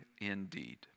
indeed